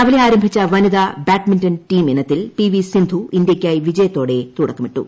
രാവിലെ ആരംഭിച്ച വനിതാ ബാഡ്മിന്റൺ ടീം ഇനത്തിൽ പിവി സിന്ധു ഇന്ത്യയ്ക്കായി വിജയത്തോടെ തുടക്കമിട്ടു